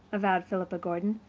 avowed philippa gordon,